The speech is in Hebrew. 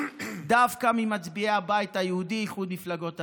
דווקא ממצביעי הבית היהודי, איחוד מפלגות הימין: